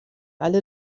alle